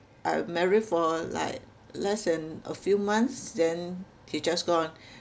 I marry for like less than a few months then he just gone